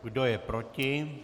Kdo je proti?